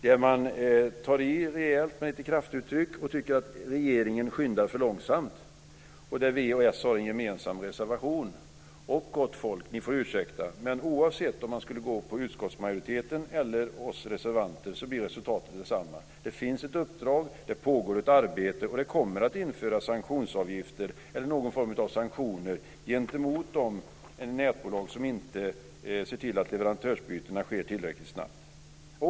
Man tar i uttalandet i rejält med kraftfulla uttryck och säger att regeringen skyndar för långsamt. Vänsterpartiet och Socialdemokraterna har en gemensam reservation. Gott folk! Ni får ursäkta, men oavsett om man skulle rösta för utskottsmajoritetens förslag eller för reservanternas förslag blir resultatet detsamma. Det finns ett uppdrag, det pågår ett arbete och det kommer att införas sanktionsavgifter eller någon form av sanktioner gentemot de nätbolag som inte ser till att leverantörsbytena sker tillräckligt snabbt.